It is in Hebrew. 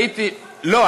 לא.